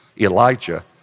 Elijah